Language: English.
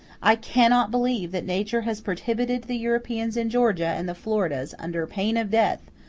i cannot believe that nature has prohibited the europeans in georgia and the floridas, under pain of death,